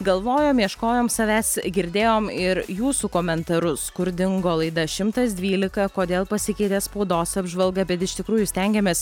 galvojom ieškojom savęs girdėjom ir jūsų komentarus kur dingo laida šimtas dvylika kodėl pasikeitė spaudos apžvalga bet iš tikrųjų stengiamės